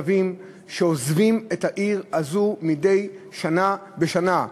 יש 7,000 תושבים שעוזבים את העיר הזאת מדי שנה בשנה.